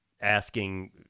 asking